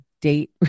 date